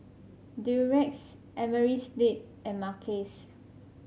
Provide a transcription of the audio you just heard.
Durex Amerisleep and Mackays